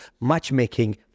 matchmaking